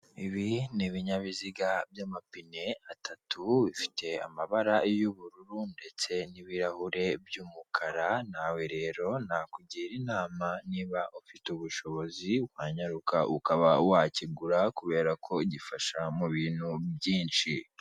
Ibi ni ibinyabiziga by'amapine atatu, bifite amabara y'uburu ndetse n'ibirahure by'umukara, nawe rero nakugira inama niba ufite ubushobozi, wanyaruka ukaba wakigura kubera ko gifasha mu bintu byinshi.